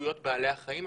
זכויות בעלי החיים,